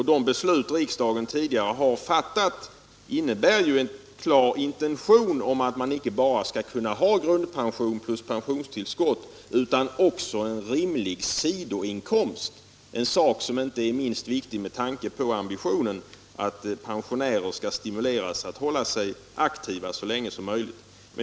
Men de beslut som riksdagen tidigare har fattat innebär en klar intention att folkpensionärerna utöver grundpensionen och pensionstillskottet skall kunna ha en rimlig sidoinkomst utan att behöva betala skatt. Det är viktigt inte minst med tanke på ambitionen att pensionärer skall stimuleras att hålla sig aktiva så länge som möjligt.